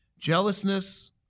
Jealousness